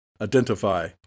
Identify